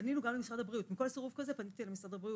בכל סירוב כזה פניתי למשרד הבריאות,